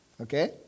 Okay